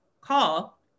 call